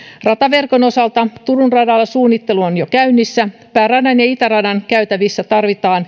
rataverkon osalta turun radalla suunnittelu on jo käynnissä pääradan ja itäradan käytävissä tarvitaan